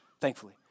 thankfully